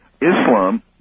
Islam